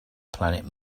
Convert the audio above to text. planet